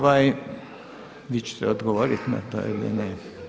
Vi ćete odgovoriti na to ili ne?